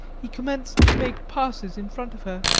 he commenced to make passes in front of her,